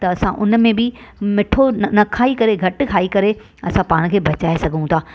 त असां उन में बि मिठो न न खाई करे घटि खाई करे असां पाण खे बचाए सघूं था